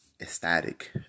ecstatic